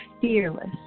fearless